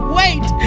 wait